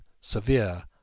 severe